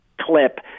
clip